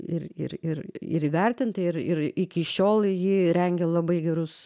ir ir ir ir įvertinta ir ir iki šiol ji rengia labai gerus